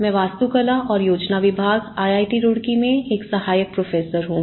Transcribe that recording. मैं वास्तुकला और योजना विभाग आई आई टी रुड़की में एक सहायक प्रोफेसर हूं